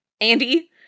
Andy